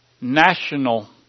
national